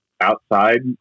outside